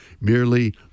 merely